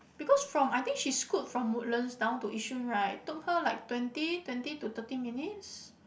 because from I think she scoot from Woodlands down to Yishun right took her like twenty twenty to thirty minutes